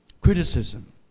criticism